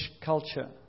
culture